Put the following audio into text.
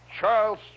Charles